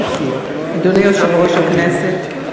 אדוני היושב-ראש, עם כל הכבוד.